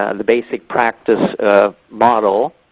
ah the basic practice model.